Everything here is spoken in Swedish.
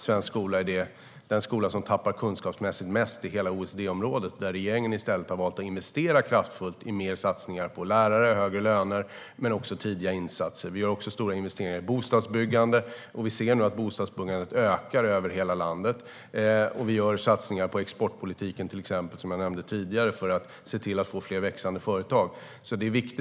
Svensk skola tappar kunskapsmässigt mest i hela OECD-området. Regeringen har i stället valt att investera kraftfullt i mer satsningar på lärare, högre löner och tidiga insatser. Vi gör också stora investeringar i bostadsbyggande, och vi ser nu att bostadsbyggandet ökar över hela landet. Vi gör satsningar på till exempel exportpolitiken, som jag nämnde tidigare, för att se till att få fler växande företag.